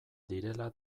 direla